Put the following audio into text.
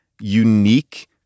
unique